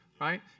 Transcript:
right